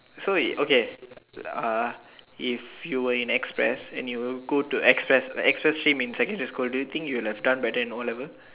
so you okay uh if you were in express and you go to express express stream in secondary school do you think you would have done better in o-level